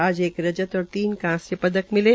आज एक रजत और तीन कांस्य पदक मिले